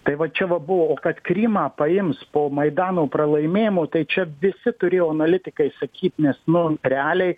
tai va čia va buvo o kad krymą paims po maidano pralaimėjimo tai čia visi turėjo analitikai sakyt nes nu realiai